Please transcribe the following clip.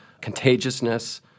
Contagiousness